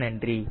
மிக்க நன்றி